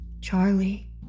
Charlie